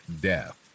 death